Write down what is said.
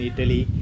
Italy